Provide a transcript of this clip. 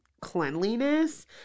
cleanliness